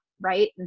Right